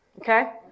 Okay